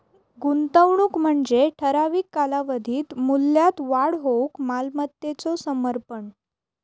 गुंतवणूक म्हणजे ठराविक कालावधीत मूल्यात वाढ होऊक मालमत्तेचो समर्पण